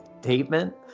statement